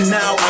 now